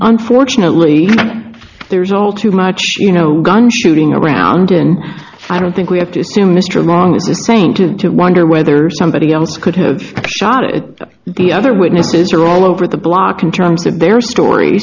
unfortunately there's all too much you know gun shooting around in i don't think we have to assume mr long saying to wonder whether somebody else could have shot it the other witnesses are all over the block in terms of their stor